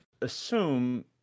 assume